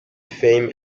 fame